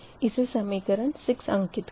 इसे समीकरण 6 अंकित करें